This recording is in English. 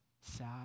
sad